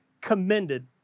commended